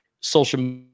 social